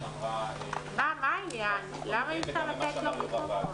כמו שאנחנו שומעים אותך.